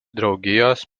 draugijos